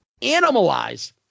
animalize